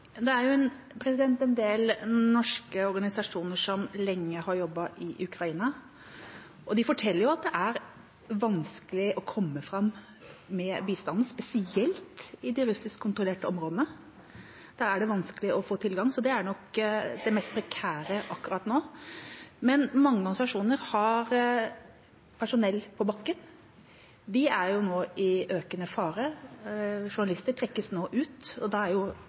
Det er en del norske organisasjoner som lenge har jobbet i Ukraina, og de forteller at det er vanskelig å komme fram med bistand, spesielt i de russiskkontrollerte områdene. Der er det vanskelig å få tilgang. Så det er nok det mest prekære akkurat nå. Men mange organisasjoner har personell på bakken. De er nå i økende fare. Journalister trekkes nå ut. Da er det hjelpearbeiderne som er igjen, og de kan jo